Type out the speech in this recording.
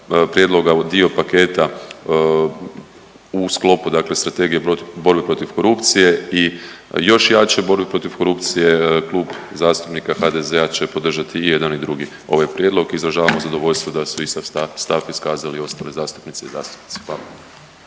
prijedloga dio paketa u sklopu dakle Strategije borbe protiv korupcije i još jače borbe protiv korupcije Klub zastupnika HDZ-a će podržati i jedan i drugi ovaj prijedlog. Izražavamo zadovoljstvo da su isti stav iskazali ostali zastupnici i zastupnice. Hvala.